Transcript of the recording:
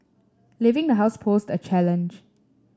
leaving the house posed a challenge